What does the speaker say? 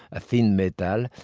a thin metal.